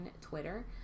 Twitter